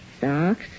Socks